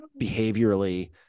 behaviorally